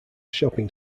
shopping